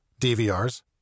DVRs